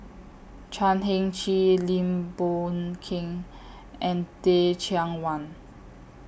Chan Heng Chee Lim Boon Keng and Teh Cheang Wan